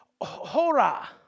hora